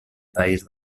país